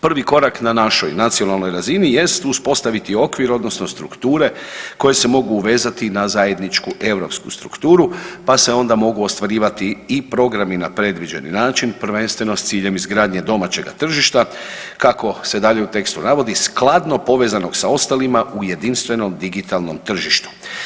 Prvi korak na našoj nacionalnoj razini jest uspostaviti okvir odnosno strukture koje se mogu uvezati na zajedničku europsku strukturu, pa se onda mogu ostvarivati i programi na predviđeni način prvenstveno s ciljem izgradnje domaćega tržišta, kako se dalje u tekstu navodi skladno povezanog sa ostalima u jedinstvenom digitalnom tržištu.